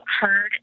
heard